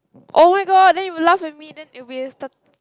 oh-my-god then you will laugh at me then it will be sta~